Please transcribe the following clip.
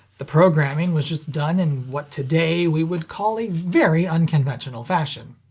the programming was just done in what today we would call a very unconventional fashion.